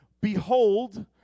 behold